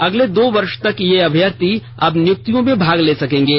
अगले दो वर्ष तक ये अभ्यर्थी अब नियुक्तियों में भाग ले सकेंगे